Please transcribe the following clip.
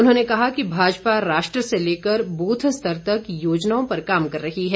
उन्होंने कहा कि भाजपा राष्ट्र से लेकर ब्रथ स्तर तक योजनाओं पर काम कर रही है